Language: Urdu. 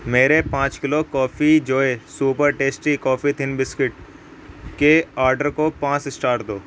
میرے پانچ کلو کافی جوئے super tasty coffee thin biscuit کے آرڈر کو پانچ اسٹار دو